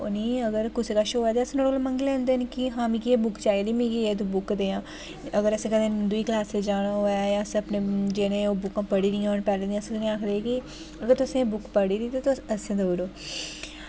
होनी अगर कुसै कच्छ होऐ ते अस उंदे कोल मंगी लैंदे हा कि मिगी एह् बुक चाहि्दी मिगी एह् तुं बुक देआं अगर असें कदे दुई कलासां च जाना होऐ जा अस अपने जिनें ओह् बुकां पढ़ी दियां होन पैह्ले अस उनें गी आखदे कि अगर तुसें एह् बुक पढ़ी दी ते तुस असेंगी देई ओड़ो